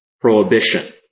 prohibition